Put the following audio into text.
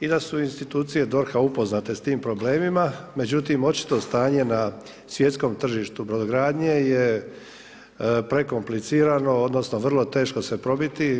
i da su institucije DORH-a upoznate sa tim problemima, međutim očito stanje na svjetskom tržištu brodogradnje je prekomplicirano odnosno vrlo teško se probiti.